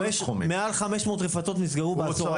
מעל 500 רפתות נסגרו בעשור האחרון.